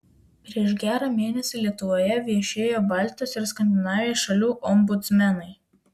prieš gerą mėnesį lietuvoje viešėjo baltijos ir skandinavijos šalių ombudsmenai